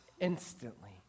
Instantly